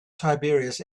tiberius